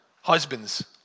Husbands